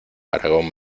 aragón